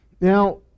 Now